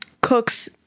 cooks